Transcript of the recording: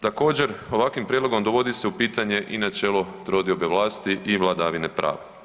Također ovakvim prijedlogom dovodi se u pitanje i načelo trodiobe vlasti i vladavine prava.